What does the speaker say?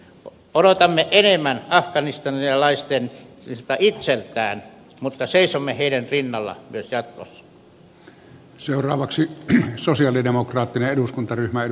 odotamme enemmän afganistanilaisilta itseltään mutta seisomme heidän rinnallaan myös jatkossa